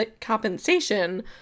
compensation